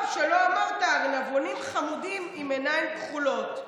טוב שלא אמרת ארנבונים חמודים עם עיניים כחולות.